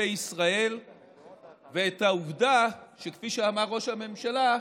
כלפי ישראל ואת העובדה שכפי שאמר ראש הממשלה,